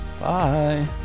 bye